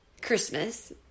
Christmas